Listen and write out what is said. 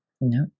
No